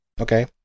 Okay